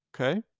okay